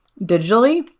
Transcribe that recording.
digitally